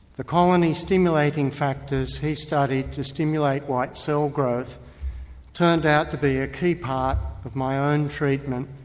the colony stimulating factors he studied to stimulate white cell growth turned out to be a key part of my ah and treatment